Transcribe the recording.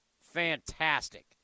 Fantastic